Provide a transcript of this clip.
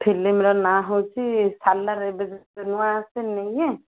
ଫିଲ୍ମର ନା ହେଉଛି ସାଲାର ଏବେ ଯେଉଁ ନୂଆ ଆସିନି ଇଏ